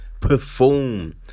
perform